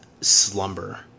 slumber